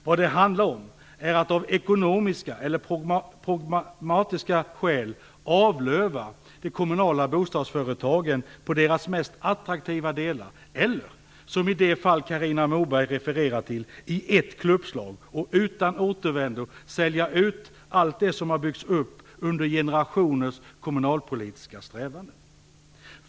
Vad det handlar om är att av ekonomiska eller programmatiska skäl avlöva de kommunala bostadsföretagen på deras mest attraktiva delar eller - som i det fall Carina Moberg refererar till - i ett klubbslag och utan återvändo sälja ut allt det som har byggts upp under generationers kommunalpolitiska strävanden.